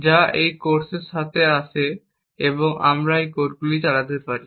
যা এই কোর্সের সাথে আসে এবং আমরা এই কোডগুলি চালাতে পারি